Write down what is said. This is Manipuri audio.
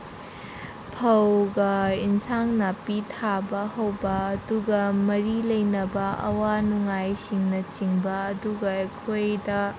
ꯐꯧꯒ ꯑꯦꯟꯁꯥꯡ ꯅꯥꯄꯤ ꯊꯥꯕ ꯍꯧꯕ ꯑꯗꯨꯒ ꯃꯔꯤ ꯂꯩꯅꯕ ꯑꯋꯥ ꯅꯨꯡꯉꯥꯏꯁꯤꯡꯅ ꯆꯤꯡꯕ ꯑꯗꯨꯒ ꯑꯩꯈꯣꯏꯗ